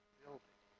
building